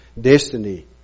destiny